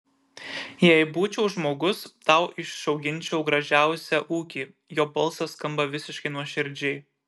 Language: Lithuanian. jei būčiau žmogus tau išauginčiau gražiausią ūkį jo balsas skamba visiškai nuoširdžiai